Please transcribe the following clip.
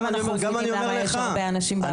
אנחנו מבינים למה יש הרבה אנשים בהפגנות.